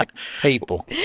People